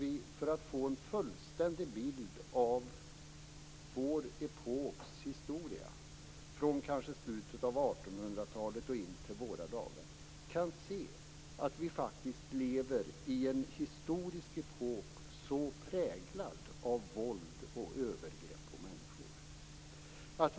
Vi bör få en fullständig bild av vår epoks historia från slutet av 1800-talet och in till våra dagar. Vi lever faktiskt i en historisk epok präglad av våld och övergrepp på människor.